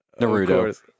Naruto